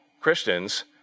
Christians